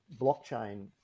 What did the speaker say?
blockchain